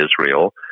Israel